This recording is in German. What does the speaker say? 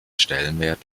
stellenwert